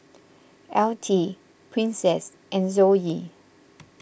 Altie Princess and Zoe